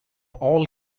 all